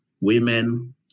women